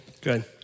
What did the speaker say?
Good